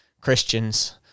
Christians